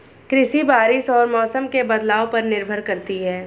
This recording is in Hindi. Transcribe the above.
कृषि बारिश और मौसम के बदलाव पर निर्भर करती है